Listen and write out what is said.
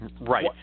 Right